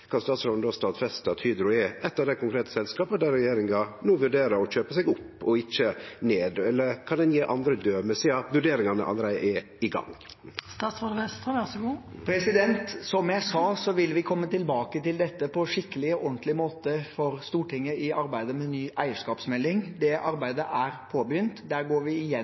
statsråden stadfeste at Hydro er eitt av dei konkrete selskapa der regjeringa vurderer å kjøpe seg opp og ikkje ned? Eller kan han gje andre døme, sidan vurderingane allereie er i gang? Som jeg sa, vil vi komme tilbake til dette på en skikkelig og ordentlig måte for Stortinget i arbeidet med ny eierskapsmelding. Det arbeidet er påbegynt. Der går vi